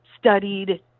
studied